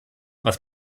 was